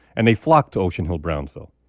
and they flocked to ocean hill-brownsville.